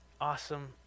Awesome